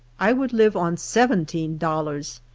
i would live on seventeen dollars,